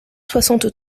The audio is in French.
soixante